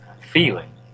feeling